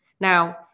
now